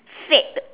fad